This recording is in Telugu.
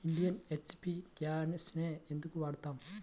ఇండియన్, హెచ్.పీ గ్యాస్లనే ఎందుకు వాడతాము?